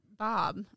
Bob